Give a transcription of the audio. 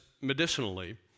medicinally